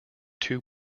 two